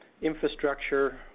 infrastructure